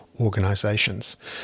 organisations